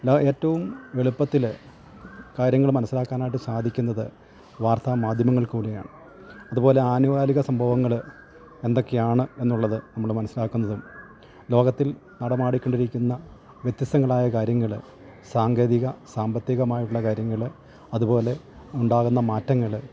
ല ഏറ്റവും എളുപ്പത്തില് കാര്യങ്ങൾ മനസ്സിലാക്കാനായിട്ട് സാധിക്കുന്നത് വാർത്താ മാധ്യമങ്ങള് കൂടെയാണ് അതുപോലെ അനുകാലിക സംഭവങ്ങള് എന്തൊക്കെയാണ് എന്നുള്ളത് നമ്മള് മനസ്സിലാക്കുന്നതും ലോകത്തിൽ നടമാടിക്കൊണ്ടിരിക്കുന്ന വ്യത്യസ്തങ്ങളായ കാര്യങ്ങള് സാങ്കേതിക സാമ്പത്തികമായിട്ടുള്ള കാര്യങ്ങള് അതുപോലെ ഉണ്ടാകുന്ന മാറ്റങ്ങള്